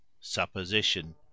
supposition